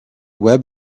web